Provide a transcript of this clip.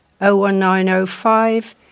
01905